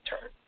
turn